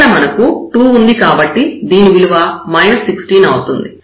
ఇక్కడ మనకు 2 ఉంది కాబట్టి దీని విలువ 16 అవుతుంది